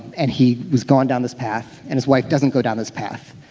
and he was going down this path and his wife doesn't go down this path,